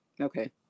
okay